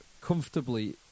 comfortably